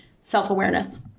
self-awareness